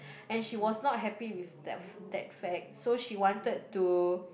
and she was not happy with that f~ that fact so she wanted to